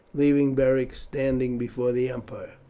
leaving beric standing before the emperor.